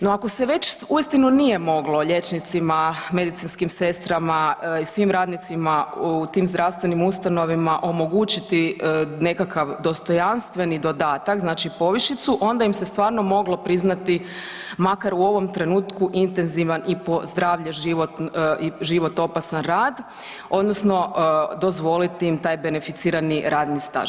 No ako se već uistinu nije moglo liječnicima, medicinskim sestrama i svim radnicima u tim zdravstvenim ustanovama omogućiti nekakav dostojanstveni dodatak znači povišicu onda ime se stvarno moglo priznati makar u ovom trenutku intenzivan i po zdravlje i život opasan rad odnosno dozvoliti im taj beneficirani radni staž.